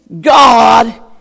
God